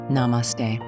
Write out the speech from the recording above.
Namaste